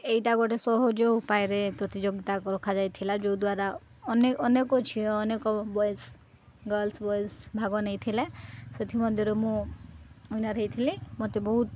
ଏଇଟା ଗୋଟେ ସହଯୋଗ ଉପାୟରେ ପ୍ରତିଯୋଗିତା ରଖାଯାଇଥିଲା ଯେଉଁଦ୍ୱାରା ଅନେ ଅନେକ ଝିଅ ଅନେକ ବଏଜ୍ ଗର୍ଲସ ବଏଜ୍ ଭାଗ ନେଇଥିଲେ ସେଥିମଧ୍ୟରୁ ମୁଁ ୱିନର ହେଇଥିଲି ମୋତେ ବହୁତ